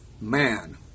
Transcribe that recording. man